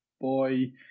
boy